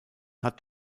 hat